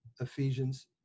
Ephesians